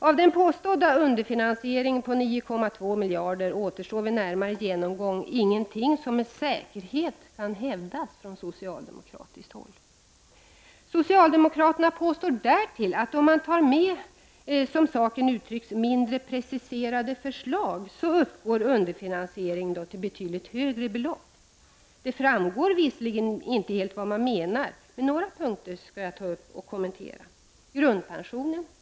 Av den påstådda underfinansieringen på 9,2 miljarder kronor återstår vid närmare genomgång ingenting som med säkerhet kan hävdas från socialdemokratiskt håll. Socialdemokraterna påstår därtill att om man tar med, som saken uttrycks, ”mindre preciserade förslag” så uppgår underfinansieringen till betydligt högre belopp. Det framgår inte helt vad man menar. Några punkter tas dock upp, och jag skall kommentera dessa. —- Grundpensionen.